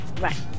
Right